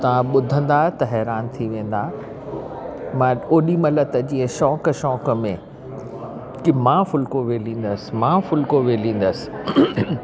तव्हां ॿुधंदा त हैरानु थी वेंदा मां ओॾीमहिल त जीअं शौंक़ु शौंक़ु में की मां फुल्को वेलींदसि मां फुल्को वेलींदसि